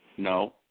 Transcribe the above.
No